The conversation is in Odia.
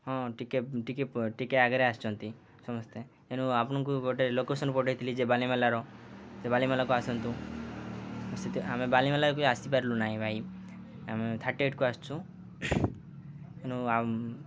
ହଁ ଟିକେ ଟିକେ ଟିକେ ଆଗରେ ଆସିଚନ୍ତି ସମସ୍ତେ ଏଣୁ ଆପଣଙ୍କୁ ଗୋଟେ ଲୋକେସନ୍ ପଠେଇଥିଲି ଯେ ବାଲିମେଲାର ସେ ବାଲିମେଲାକୁ ଆସନ୍ତୁ ସେ ଆମେ ବାଲିମେଲାକୁ ଆସିପାରିଲୁ ନାହିଁ ଭାଇ ଆମେ ଥାର୍ଟି ଏଇଟ୍କୁ ଆସିଛୁ ଏଣୁ